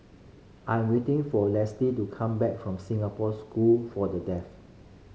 I'm waiting for to come back from Singapore School for The Deaf